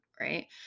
Right